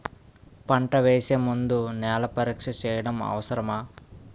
పంట వేసే ముందు నేల పరీక్ష చేయటం అవసరమా?